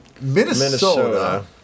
Minnesota